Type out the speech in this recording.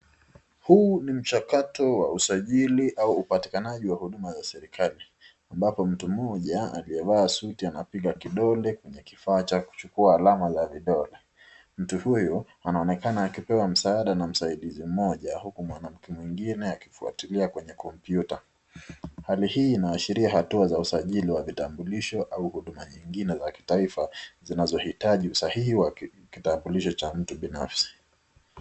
Huu ni mchakato wa usajili au upatikanaji wa huduma ya serekali, ambapo mtu mmoja aliyevaa suti anapiga kidole kwenye kifaa cha kuchukuwa alama ya vidole. Mtu huyu anaonekana akipewa msaada na msaidizi mmoja, huku mwana mke mwingine akimfwatilia kwenye kompyuta. Hali hii inaashiria usajili wa vitambulisho au huduma nyingine ya kitaifa zinazo hitaji usahihi wa kitambulisho cha mtu binafsi.